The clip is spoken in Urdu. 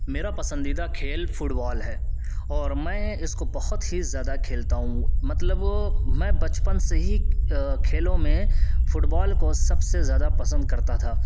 میرا پسندیدہ کھیل فٹبال ہے اور میں اس کو بہت ہی زیادہ کھیلتا ہوں مطلب میں بچپن سے ہی کھیلوں میں فٹبال کو سب سے زیادہ پسند کرتا تھا